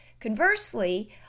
Conversely